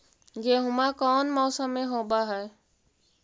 गेहूमा कौन मौसम में होब है?